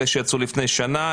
אלה שיצאו לפני שנה,